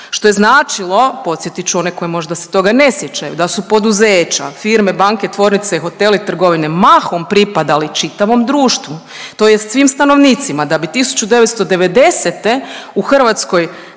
što je značilo, podsjetit ću one koji možda se toga ne sjećaju, da su poduzeća, firme, banke, tvornice, hoteli i trgovine mahom pripadali čitavom društvu tj. svim stanovnicima, da bi 1990. u Hrvatskoj